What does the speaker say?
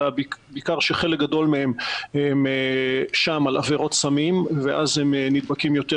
אלא בעיקר שחלק גדול מהם הם שם על עבירות סמים ואז הם נדבקים יותר.